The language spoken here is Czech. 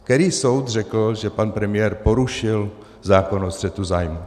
Který soud řekl, že pan premiér porušil zákon o střetu zájmů?